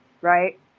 right